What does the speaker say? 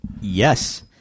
Yes